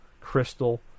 Crystal